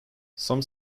some